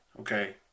okay